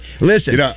Listen